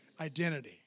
Identity